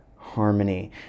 Harmony